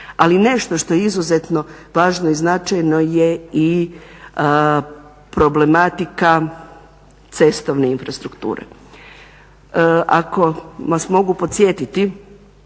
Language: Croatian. Ali nešto što je izuzetno važno i značajno je i problematika cestovne infrastrukture. Ako vas mogu podsjetiti